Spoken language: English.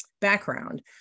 background